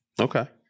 Okay